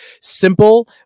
simple